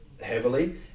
heavily